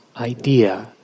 idea